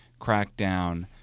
crackdown